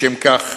לשם כך,